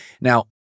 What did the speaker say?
Now